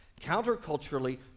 Counterculturally